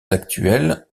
actuels